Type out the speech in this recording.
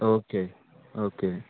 okay okay